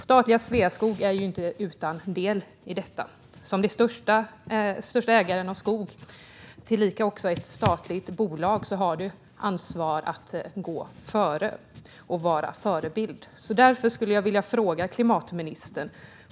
Statliga Sveaskog är inte utan del i detta. Som den största ägaren av skog, tillika också ett statligt bolag, har Sveaskog ansvar att gå före och vara förebild. Därför vill jag fråga klimatministern följande.